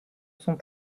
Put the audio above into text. son